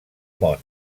món